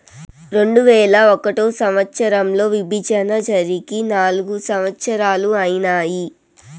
రెండువేల ఒకటో సంవచ్చరంలో విభజన జరిగి నాల్గు సంవత్సరాలు ఐనాయి